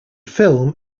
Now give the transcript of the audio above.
film